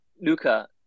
LUCA